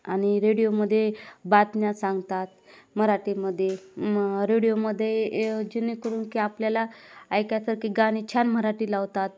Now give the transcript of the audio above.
आणि रेडिओमध्ये बातम्या सांगतात मराठीमध्ये म रेडिओमध्ये जेणेकरून की आपल्याला ऐकाय करता की गाणे छान मराठी लावतात